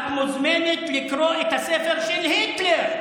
את מוזמנת לקרוא את הספר של היטלר,